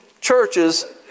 churches